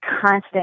constant